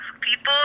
people